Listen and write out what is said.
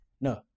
No